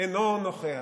אינו נוכח.